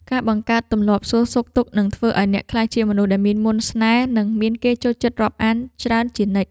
ការបង្កើតទម្លាប់សួរសុខទុក្ខនឹងធ្វើឱ្យអ្នកក្លាយជាមនុស្សដែលមានមន្តស្នេហ៍និងមានគេចូលចិត្តរាប់អានច្រើនជានិច្ច។